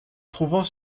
trouvant